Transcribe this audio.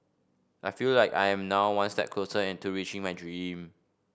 I feel like I am now one step closer and to reaching my dream